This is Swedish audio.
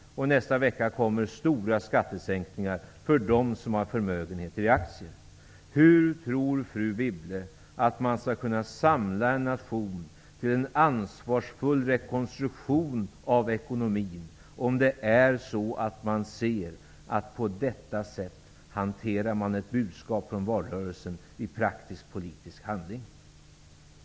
Nästa vecka kommer stora skattesänkningar för dem som har förmögenheter i aktier. Hur tror fru Wibble att man skall kunna samla en nation till en ansvarsfull rekonstruktion av ekonomin om man ser att ett budskap från valrörelsen hanteras på detta sätt i praktisk politisk handling?